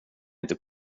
inte